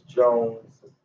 Jones